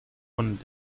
von